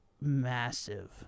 massive